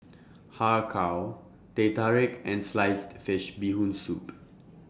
Har Kow Teh Tarik and Sliced Fish Bee Hoon Soup